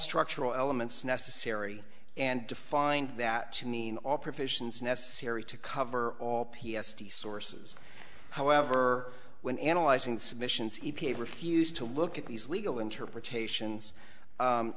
structural elements necessary and defined that to mean all professions necessary to cover all p s t sources however when analyzing submissions e p a refused to look at these legal interpretations